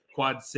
Quad